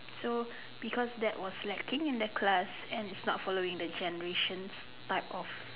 so because that was lacking in the class and it not following the generations part of